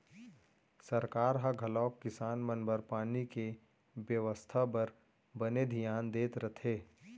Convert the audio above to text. सरकार ह घलौक किसान मन बर पानी के बेवस्था बर बने धियान देत रथे